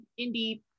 indie